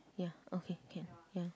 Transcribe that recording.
ya okay can ya